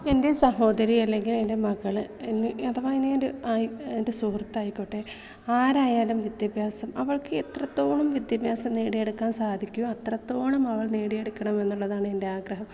എൻ്റെ സഹോദരി അല്ലെങ്കിൽ എൻ്റെ മകൾ ഇനി അഥവ ഇനി എൻ്റെ എൻ്റെ സുഹൃത്തായിക്കോട്ടെ ആരായാലും വിദ്യാഭ്യാസം അവൾക്ക് എത്രത്തോളം വിദ്യാഭ്യാസം നേടിയെടുക്കാൻ സാധിക്കുമോ അത്രത്തോളം അവൾ നേടിയെടുക്കണമെന്നാണ് എൻ്റെ ആഗ്രഹം